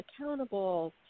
accountable